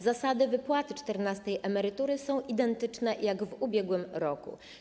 Zasady wypłaty czternastej emerytury są identyczne jak w ubiegłym roku.